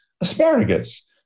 asparagus